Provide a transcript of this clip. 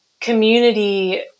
community